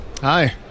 Hi